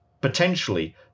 potentially